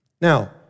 Now